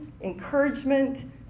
encouragement